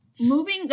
moving